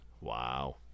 Wow